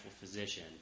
physician